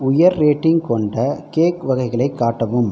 உயர் ரேட்டிங் கொண்ட கேக் வகைகளை காட்டவும்